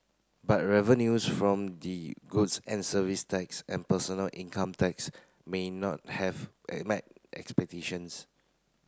but revenues from the goods and service tax and personal income tax may not have met expectations